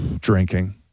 Drinking